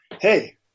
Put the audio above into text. hey